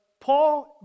Paul